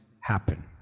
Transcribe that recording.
happen